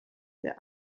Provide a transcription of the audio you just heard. der